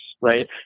right